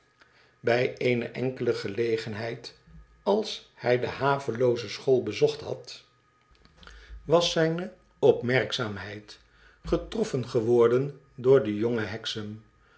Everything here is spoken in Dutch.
bij eene enkele gelegenheid als hij de havelooze school bezocht had was zijne opmerkzaamheid getrofifen geworden door den jongen